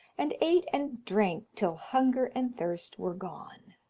and ate and drank till hunger and thirst were gone.